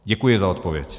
Děkuji za odpověď.